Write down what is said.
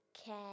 okay